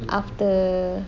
after